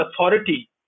authority